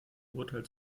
urteil